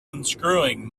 unscrewing